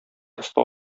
оста